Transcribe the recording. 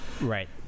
right